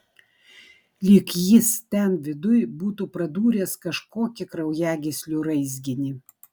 lyg jis ten viduj būtų pradūręs kažkokį kraujagyslių raizginį